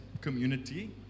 community